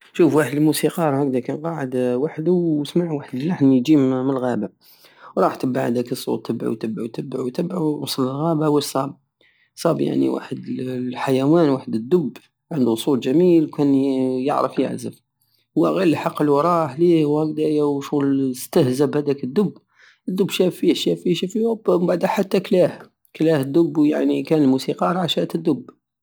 شوف واحد الموسيقار هكدا كان قعد وحدو وسمع واحد اللحن يجي ملغابة راح تبع هداك الصوت تبعو تبعو تبعو تبعو وصل للغابة واش صاب صاب يعني واحد الحيوان واحد الدب عندو صوت جميل وكان يعرف يعزف وهو غير لقلو وراح ليه وهكديا وشغل ستهزى بهداك الدب الدب شاف فيه شاف فيه اي اوب ومبعدا حتى كلاه كلاه الدب ومبعد حتى كان موسيقار عشات الدب